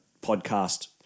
podcast